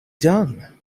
done